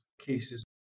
cases